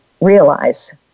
realize